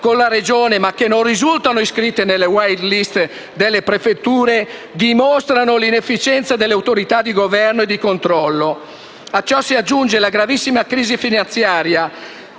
con la Regione, ma che non risultano iscritte nelle *white list* delle prefetture, dimostrano l'inefficienza delle autorità di governo e di controllo. A ciò si aggiunge la gravissima crisi finanziaria